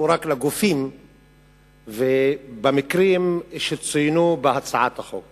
רק לגופים ובמקרים שצוינו בהצעת החוק?